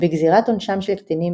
"בגזירת עונשם של קטינים,